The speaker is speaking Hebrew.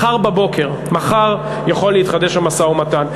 מחר בבוקר, מחר, יכול להתחדש המשא-ומתן.